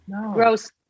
gross